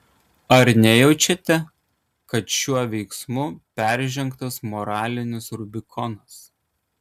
ar nejaučiate kad šiuo veiksmu peržengtas moralinis rubikonas